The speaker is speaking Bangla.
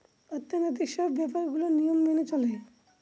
অর্থনৈতিক সব ব্যাপার গুলোর নিয়ম মেনে চলে